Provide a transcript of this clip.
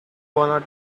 wanna